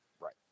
Right